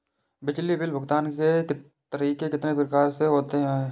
बिजली बिल भुगतान के तरीके कितनी प्रकार के होते हैं?